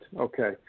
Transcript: Okay